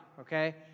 okay